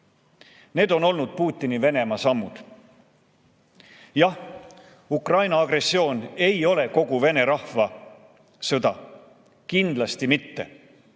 Need on olnud Putini Venemaa sammud. Jah, Ukraina agressioon ei ole kogu vene rahva sõda, kindlasti mitte.